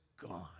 gone